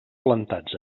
plantats